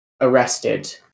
arrested